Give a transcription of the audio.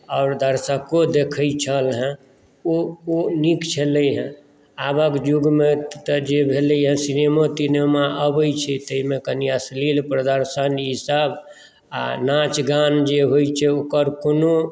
आओर दर्शको देखै छल हेँ ओ नीक छलै हेँ आबक युगमे तऽ जे भेलैए से सिनेमो तिनेमा अबैत छै ताहिमे कनी अश्लील प्रदर्शन ईसभ आ नाच गान जे होइत छै ओकर कोनो